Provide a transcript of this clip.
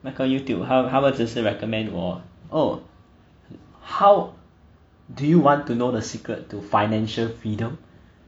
那个 youtube 他他们只是 recommend 我 oh how do you want to know the secret to financial freedom